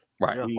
Right